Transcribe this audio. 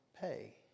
pay